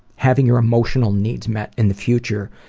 having your emotional needs met in the future,